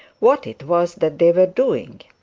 what it was that they were doing?